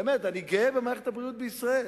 באמת, אני גאה במערכת הבריאות בישראל.